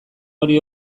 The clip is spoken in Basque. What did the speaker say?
hori